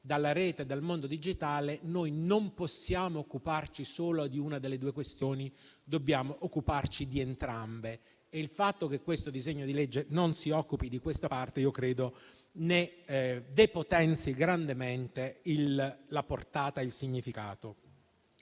dalla Rete e dal mondo digitale, noi non possiamo occuparci solo di una delle due questioni, ma dobbiamo occuparci di entrambe. Il fatto che questo disegno di legge non si occupi di questa parte io credo ne depotenzi grandemente la portata e il significato.